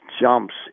jumps